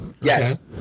Yes